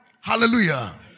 Hallelujah